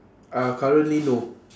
uh currently no